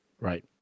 Right